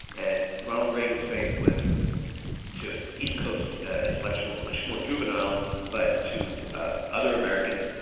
and ronald reagan's faith was to east coast intellectuals much more juvenile but to other americans,